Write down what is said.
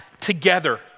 together